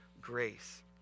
grace